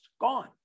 gone